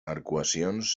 arcuacions